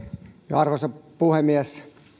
arvoisa puhemies